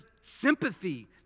sympathy